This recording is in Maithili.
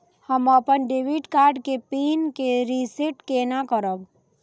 हम अपन डेबिट कार्ड के पिन के रीसेट केना करब?